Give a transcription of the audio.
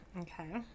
Okay